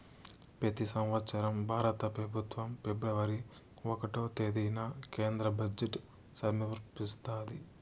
పెతి సంవత్సరం భారత పెబుత్వం ఫిబ్రవరి ఒకటో తేదీన కేంద్ర బడ్జెట్ సమర్పిస్తాది